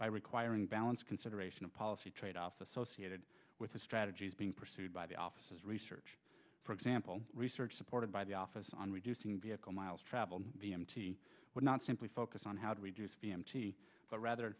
by requiring balance consideration of policy tradeoffs associated with the strategies being pursued by the office's research for example research supported by the office on reducing vehicle miles traveled would not simply focus on how to reduce but rather